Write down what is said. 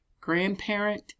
grandparent